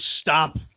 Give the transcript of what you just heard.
stop